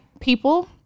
people